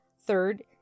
Third